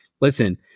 Listen